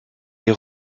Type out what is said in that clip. les